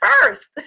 first